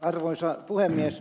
arvoisa puhemies